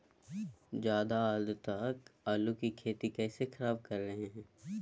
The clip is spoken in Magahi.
ज्यादा आद्रता आलू की खेती कैसे खराब कर रहे हैं?